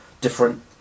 different